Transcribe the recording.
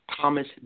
Thomas